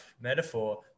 metaphor